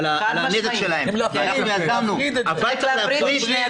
אבל יש להפריד,